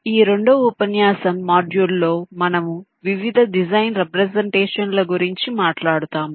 కాబట్టి ఈ రెండవ ఉపన్యాసం మాడ్యూల్ లో మనము వివిధ డిజైన్ రెప్రసెంటేషన్ల గురించి మాట్లాడుతాము